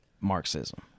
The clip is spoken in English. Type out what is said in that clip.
Marxism